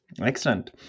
Excellent